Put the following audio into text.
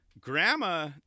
grandma